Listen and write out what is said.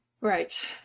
Right